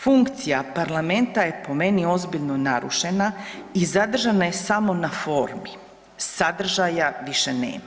Funkcija Parlamenta je po meni ozbiljno narušena i zadržana je samo na formi, sadržaja više nema.